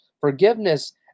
forgiveness